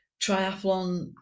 triathlon